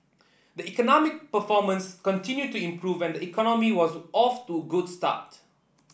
the economic performance continued to improve and economy was off to good start